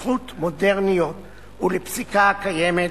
התפתחות מודרניות ולפסיקה הקיימת,